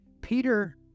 Peter